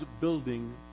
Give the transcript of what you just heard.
building